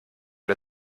der